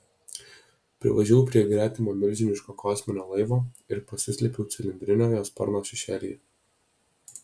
privažiavau prie gretimo milžiniško kosminio laivo ir pasislėpiau cilindrinio jo sparno šešėlyje